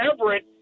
Everett